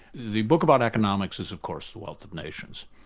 the book about economics is of course the wealth of nations.